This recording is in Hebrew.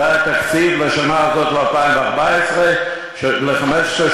זה היה התקציב בשנה של 2014 ושל 2015,